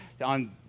on